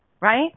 right